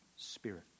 Spirit